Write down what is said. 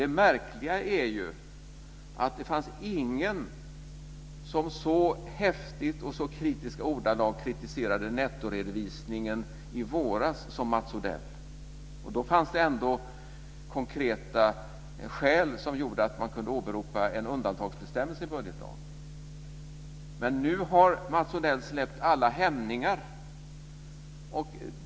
Det märkliga är att det inte fanns någon som så häftigt och i så kritiska ordalag kritiserade nettoredovisningen i våras som Mats Odell. Då fanns det ändå konkreta skäl som gjorde att man kunde åberopa en undantagsbestämmelse i budgetlagen. Men nu har Mats Odell släppt alla hämningar.